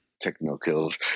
Techno-kills